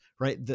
right